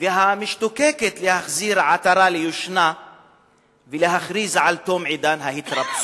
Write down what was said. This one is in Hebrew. המשתוקקת להחזיר עטרה ליושנה ולהכריז על תום עידן ההתרפסות.